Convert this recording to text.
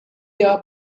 are